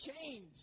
change